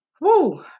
Woo